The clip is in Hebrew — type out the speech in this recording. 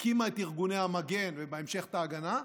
הקימה את ארגוני המגן ובהמשך את ההגנה,